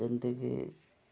ଯେନ୍ତିକି